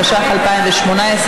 התשע"ח 2018,